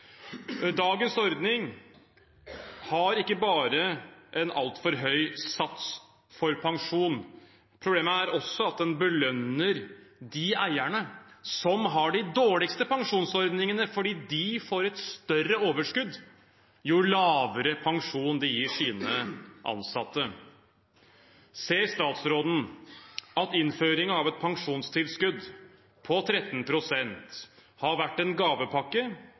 Dagens ordning har ikke bare en altfor høy sats for pensjon. Problemet er også at den belønner de eierne som har de dårligste pensjonsordningene, fordi de får et større overskudd jo lavere pensjon de gir sine ansatte. Ser statsråden at innføringen av et pensjonstilskudd på 13 pst. har vært en gavepakke